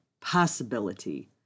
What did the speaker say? possibility